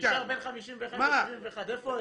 נשאר בין 51 ל-71, איפה הם?